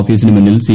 ഓഫീസിനു മുന്നിൽ സി